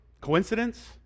Coincidence